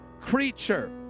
creature